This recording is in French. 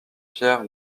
pierre